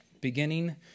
Beginning